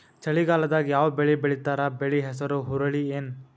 ಚಳಿಗಾಲದಾಗ್ ಯಾವ್ ಬೆಳಿ ಬೆಳಿತಾರ, ಬೆಳಿ ಹೆಸರು ಹುರುಳಿ ಏನ್?